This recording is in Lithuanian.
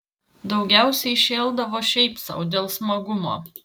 daugiausiai šėldavo šiaip sau dėl smagumo